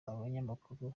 abanyamakuru